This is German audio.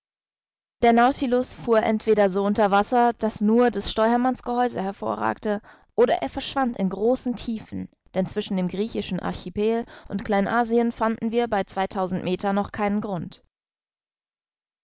der nautilus fuhr entweder so unter wasser daß nur des steuermanns gehäuse hervorragte oder er verschwand in große tiefen denn zwischen dem griechischen archipel und kleinasien fanden wir bei zweitausend meter noch keinen grund